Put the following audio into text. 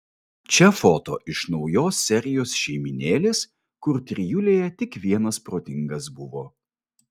čia foto iš naujos serijos šeimynėlės kur trijulėje tik vienas protingas buvo